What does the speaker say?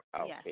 Okay